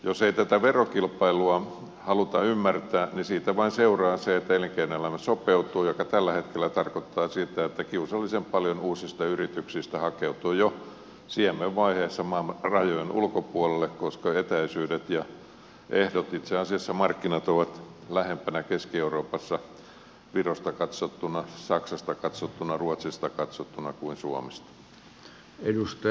jos ei tätä verokilpailua haluta ymmärtää niin siitä vain seuraa se että elinkeinoelämä sopeutuu mikä tällä hetkellä hetkellä tarkoittaa sitä että kiusallisen paljon uusista yrityksistä hakeutuu jo siemenvaiheessa maamme rajojen ulkopuolelle koska etäisyydet ja ehdot itse asiassa markkinat ovat lähempänä keski euroopassa virosta katsottuna saksasta katsottuna ruotsista katsottuna kuin suomesta